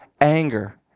anger